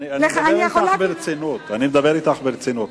אני מדבר אתך ברצינות.